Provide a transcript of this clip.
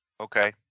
Okay